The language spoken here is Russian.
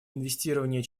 инвестирование